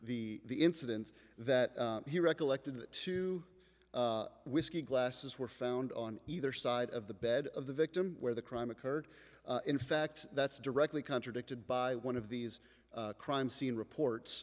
the the incident that he recollected to whisky glasses were found on either side of the bed of the victim where the crime occurred in fact that's directly contradicted by one of these crime scene reports